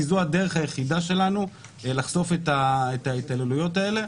כי זו הדרך היחידה שלנו לחשוף את ההתעללויות האלה.